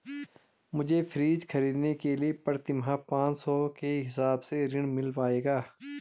मुझे फ्रीज खरीदने के लिए प्रति माह पाँच सौ के हिसाब से ऋण मिल पाएगा?